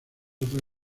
otra